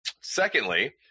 Secondly